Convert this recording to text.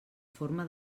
forma